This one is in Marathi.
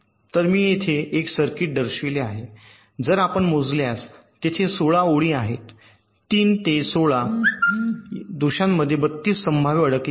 तर मी येथे एक सर्किट दर्शविले आहे जर आपण मोजल्यास तेथे 16 ओळी आहेत 3 4 5 6 7 8 9 10 11 12 13 14 15 16 तर दोषांमधे 32 संभाव्य अडकले आहेत